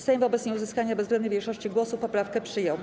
Sejm wobec nieuzyskania bezwzględniej większości głosów poprawkę przyjął.